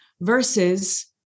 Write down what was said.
versus